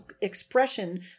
expression